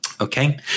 Okay